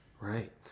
right